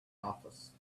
office